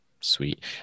Sweet